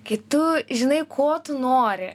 kai tu žinai ko tu nori